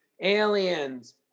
Aliens